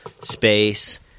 space